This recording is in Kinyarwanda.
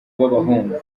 b’abahungu